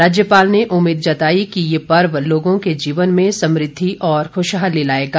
राज्यपाल ने उम्मीद जताई कि ये पर्व लोगों के जीवन में समुद्धि और खुशहाली लाएगा